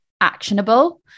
actionable